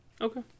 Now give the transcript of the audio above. Okay